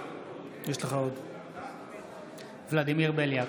ולדימיר בליאק,